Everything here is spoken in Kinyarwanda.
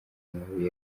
mabuye